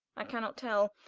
i cannot tell,